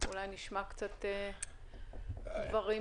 זה יפתור את הבעיה.